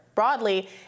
Broadly